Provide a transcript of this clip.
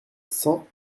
cent